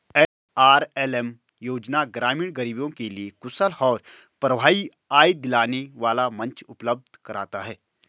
NRLM योजना ग्रामीण गरीबों के लिए कुशल और प्रभावी आय दिलाने वाला मंच उपलब्ध कराता है